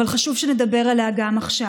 אבל חשוב שנדבר עליה גם עכשיו.